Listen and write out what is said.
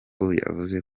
yavuze